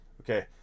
Okay